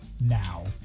now